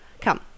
come